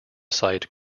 site